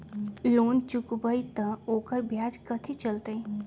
Loan चुकबई त ओकर ब्याज कथि चलतई?